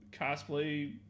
cosplay